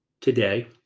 today